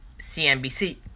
CNBC